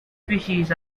species